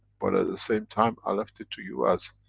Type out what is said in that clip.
but at the same time, i left it to you as,